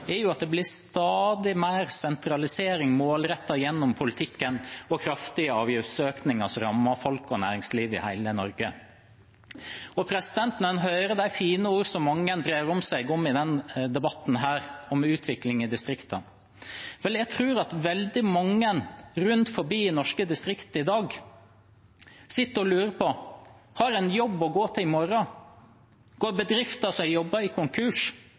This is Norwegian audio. at det blir stadig mer målrettet sentralisering gjennom politikken og kraftige avgiftsøkninger, som rammer folk og næringsliv i hele Norge. Når en hører de fine ordene som mange brer om seg med i denne debatten om utvikling i distriktene, tror jeg at veldig mange rundt omkring i norske distrikter i dag sitter og lurer på: Har jeg en jobb å gå til i morgen? Går bedriften som jeg jobber i, konkurs?